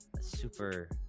super